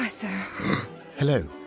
Hello